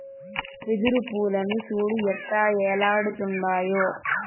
వెదురు పూలను సూడు ఎట్టా ఏలాడుతుండాయో